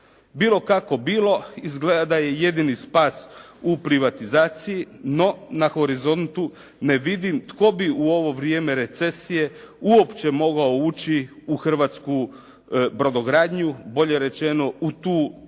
Bilo kako bilo, izgleda da je jedini spas u privatizaciji, no na horizontu ne vidim tko bi u ovo vrijeme recesije uopće mogao ući u hrvatsku brodogradnju, bolje rečeno u tu našu